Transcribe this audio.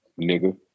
nigga